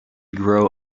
grow